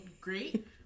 great